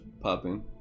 popping